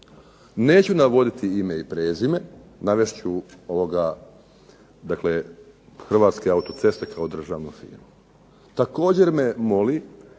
Neću navoditi ime i prezime, navest ću dakle Hrvatske autoceste kao državnu firmu. Također me moli